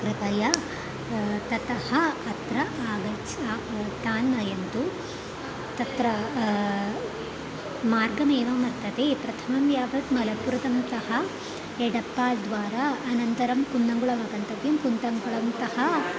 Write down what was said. कृपया ततः अत्र आगच्छ तान्नयन्तु तत्र मार्गमेवं वर्तते प्रथमं यावत् मलप्पुरतं तः एडप्पाल् द्वारा अनन्तरं कुन्दङ्गुळमागन्तव्यं कुन्तं कुळं तः